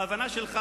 בהבנה שלך,